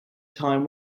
time